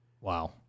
Wow